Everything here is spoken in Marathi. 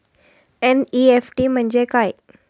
एन.इ.एफ.टी म्हणजे काय?